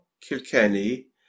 Kilkenny